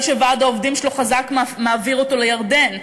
שוועד העובדים שלו חזק מעביר אותו לירדן,